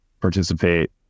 participate